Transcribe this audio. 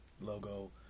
logo